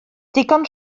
digon